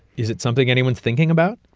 is it something anyone's thinking about?